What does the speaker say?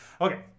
Okay